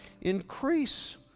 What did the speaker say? increase